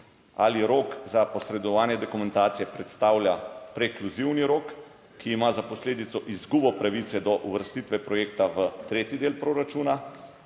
ali rok za posredovanje dokumentacije predstavlja prekluzivni rok, ki ima za posledico izgubo pravice do uvrstitve projekta v tretji del proračuna